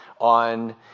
on